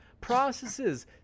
processes